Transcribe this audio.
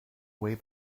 way